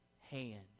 hand